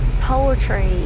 poetry